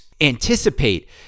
anticipate